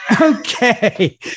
Okay